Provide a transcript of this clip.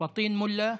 פטין מולא,